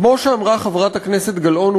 כמו שאמרה חברת הכנסת גלאון,